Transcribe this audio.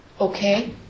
Okay